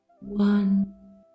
One